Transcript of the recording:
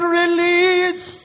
release